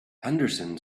henderson